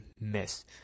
miss